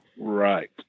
Right